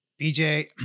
BJ